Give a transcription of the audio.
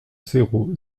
zéro